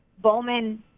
Bowman